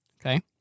Okay